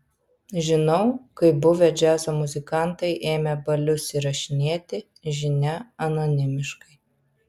žinau kaip buvę džiazo muzikantai ėmė balius įrašinėti žinia anonimiškai